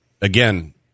again